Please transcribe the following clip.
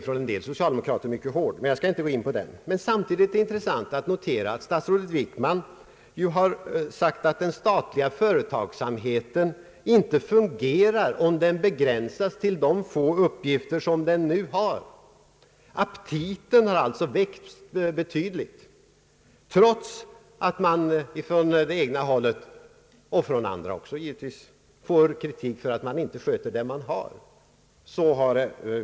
Från en del socialdemokrater är kritiken mycket hård. Men jag skall inte gå in på den. Det är samtidigt intressant att notera att statsrådet Wickman har sagt att den statliga företagsamheten inte fungerar om den begränsas till de få uppgifter den nu har. Aptiten har tydligen växt betydligt, trots att man från det egna hållet och från andra håll får kritik för att man inte sköter det man redan har.